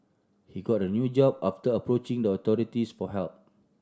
he got a new job after approaching the authorities for help